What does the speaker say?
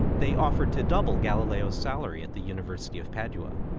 they offered to double galileo's salary at the university of padua.